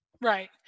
right